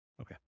Okay